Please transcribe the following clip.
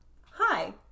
Hi